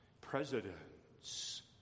presidents